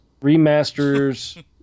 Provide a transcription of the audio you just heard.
Remasters